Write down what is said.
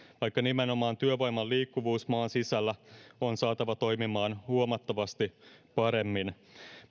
vaikka nimenomaan työvoiman liikkuvuus maan sisällä on saatava toimimaan huomattavasti paremmin